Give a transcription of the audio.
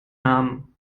namen